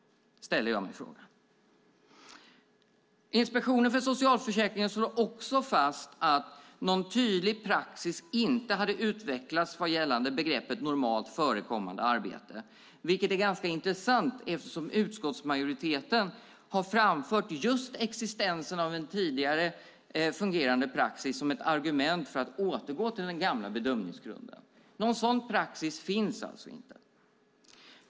Inspektionen för socialförsäkringen slår också fast att någon tydlig praxis inte hade utvecklats gällande begreppet normalt förekommande arbete, vilket är ganska intressant eftersom utskottsmajoriteten har framfört just existensen av en tidigare fungerande praxis som ett argument för att återgå till den gamla bedömningsgrunden. Någon sådan praxis finns alltså inte.